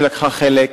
שלקחה חלק.